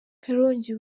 karongi